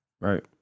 Right